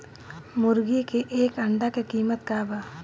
मुर्गी के एक अंडा के कीमत का बा?